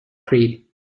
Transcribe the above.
creed